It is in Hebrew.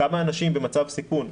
כמה אנשים במצב סיכון,